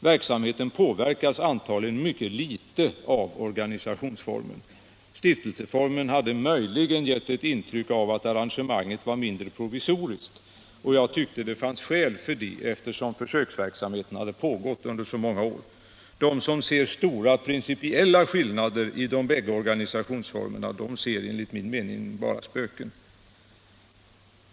Verksamheten påverkas an s tagligen mycket litet av organisationsformen. Stiftelseformen hade möjligen givit ett intryck av att arrangemanget var mindre provisoriskt, och jag tyckte att det fanns skäl för det, eftersom försöksverksamheten hade pågått under så många år. De som ser stora principiella skillnader i de bägge organisationsformerna ser enligt min mening bara spöken.